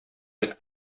mit